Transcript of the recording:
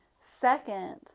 Second